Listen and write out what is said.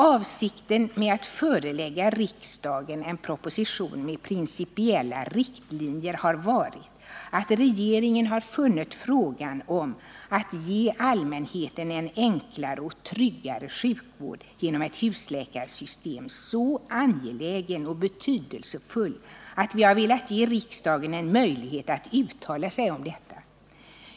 Avsikten med att förelägga riksdagen en proposition med principiella riktlinjer har varit, att regeringen har funnit frågan om att ge allmänheten en enklare och tryggare sjukvård genom ett husläkarsystem så angelägen och betydelsefull att vi har velat ge riksdagen en möjlighet att uttala sig om detta.